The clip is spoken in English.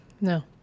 No